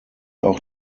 auch